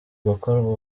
gukorwa